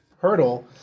hurdle